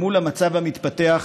מול המצב המתפתח,